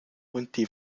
und